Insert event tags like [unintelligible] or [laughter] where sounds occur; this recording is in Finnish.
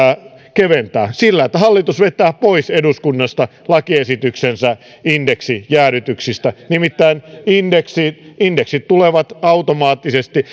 keventää sillä että hallitus vetää pois eduskunnasta lakiesityksensä indeksijäädytyksistä nimittäin indeksit indeksit tulevat automaattisesti [unintelligible]